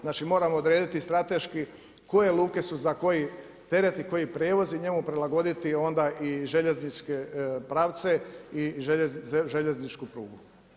Znači, moramo odrediti strateški koje luke su za koji tereti, koji prijevozi i njemu prilagoditi onda željezničke pravce i željezničku prugu.